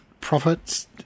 profits